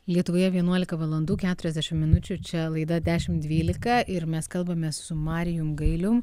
lietuvoje vienuolika valandų keturiasdešimt minučių čia laida dešimt dvylika ir mes kalbamės su marijum gailium